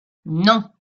non